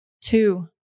two